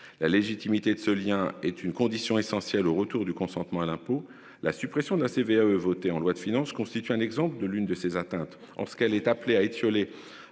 la légitimité de ce lien est une condition essentielle au retour du consentement à l'impôt. La suppression de la CVAE voté en loi de finances constitue un exemple de l'une de ces atteintes en ce qu'elle est appelée à étiolé